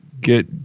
get